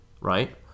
right